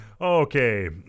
Okay